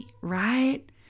right